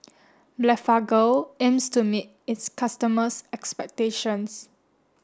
Blephagel aims to meet its customers' expectations